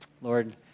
Lord